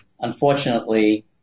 unfortunately